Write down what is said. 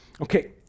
Okay